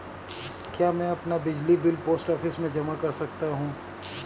क्या मैं अपना बिजली बिल पोस्ट ऑफिस में जमा कर सकता हूँ?